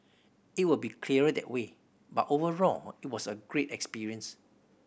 it will be clearer that way but overall it was a great experience